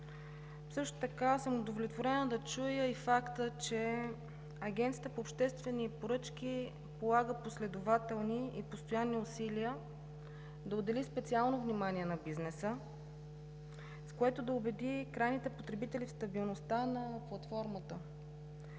платформа. Удовлетворена съм да чуя и факта, че Агенцията по обществени поръчки полага последователни и постоянни усилия да отдели специално внимание на бизнеса, с което да убеди крайните потребители в стабилността на платформата